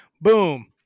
boom